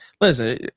listen